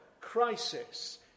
Crisis